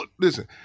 Listen